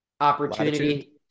opportunity